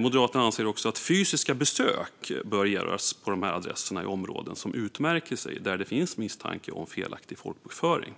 Moderaterna anser även att fysiska besök bör göras på adresser i områden som utmärker sig och där det finns misstanke om felaktig folkbokföring.